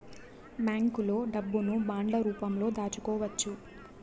బ్యాంకులో డబ్బును బాండ్ల రూపంలో దాచుకోవచ్చు